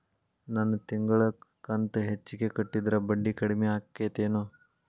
ನನ್ ತಿಂಗಳ ಕಂತ ಹೆಚ್ಚಿಗೆ ಕಟ್ಟಿದ್ರ ಬಡ್ಡಿ ಕಡಿಮಿ ಆಕ್ಕೆತೇನು?